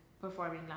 Performing